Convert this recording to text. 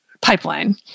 pipeline